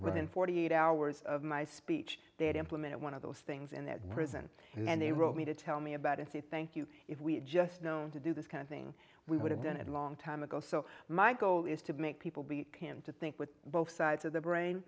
within forty eight hours of my speech did implement one of those things in that prison and they wrote me to tell me about it thank you if we're just known to do this kind of thing we would have done it a long time ago so my goal is to make people be him to think with both sides of the brain